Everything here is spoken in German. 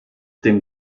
dem